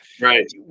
right